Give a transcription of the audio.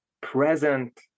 present